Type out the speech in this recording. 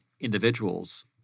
individuals